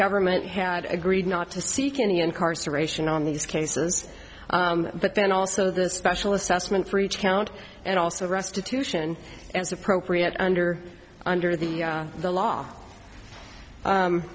government had agreed not to seek any incarceration on these cases but then also the special assessment for each count and also restitution as appropriate under under the the law